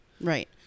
right